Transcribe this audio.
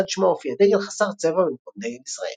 לצד שמה הופיע דגל חסר צבע במקום דגל ישראל.